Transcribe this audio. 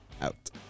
out